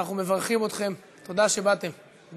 אנחנו מברכים אתכם, תודה שבאתם,